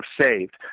saved